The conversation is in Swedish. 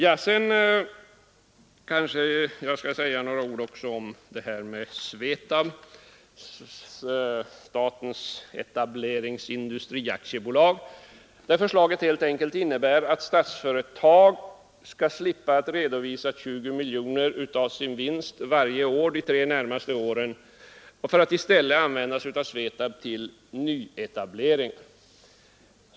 Sedan kanske jag också skall säga några ord om Svetab, Svenska industrietablerings AB. Förslaget innebär helt enkelt att Statsföretag skall slippa redovisa 20 miljoner kronor av sin vinst varje år de tre närmaste åren för att de i stället skall användas av Svetab till nyetablering.